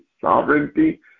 sovereignty